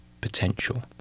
potential